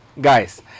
guys